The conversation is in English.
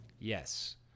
Yes